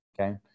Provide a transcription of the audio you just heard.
Okay